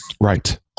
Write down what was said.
Right